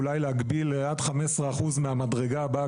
אולי להגביל לעד 15% מהמדרגה הבאה,